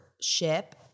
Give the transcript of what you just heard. ship-